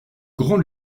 grand